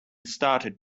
started